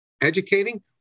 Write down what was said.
educating